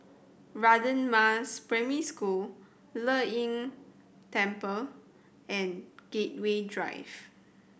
Radin Mas Primary School Le Yin Temple and Gateway Drive